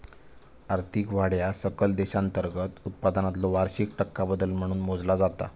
आर्थिक वाढ ह्या सकल देशांतर्गत उत्पादनातलो वार्षिक टक्का बदल म्हणून मोजला जाता